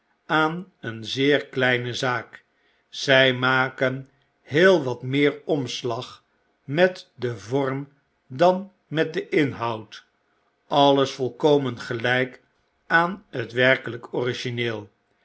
aan een zeer kleine zaak zy maken heel wat meer omslag met den vorra dan met den inhoud alles volkomen gelijk aan het werkelyk origineel